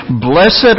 Blessed